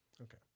Okay